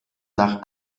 nach